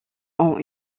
ont